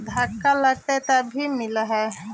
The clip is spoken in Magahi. धक्का लगतय तभीयो मिल है?